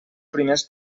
primers